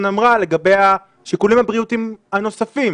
אמרה לגבי השיקולים הבריאותיים הנוספים